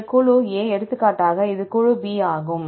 இந்த குழு A எடுத்துக்காட்டாக இது குழு B ஆகும்